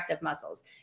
muscles